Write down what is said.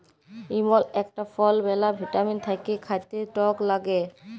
ইমল ইকটা ফল ম্যালা ভিটামিল থাক্যে খাতে টক লাগ্যে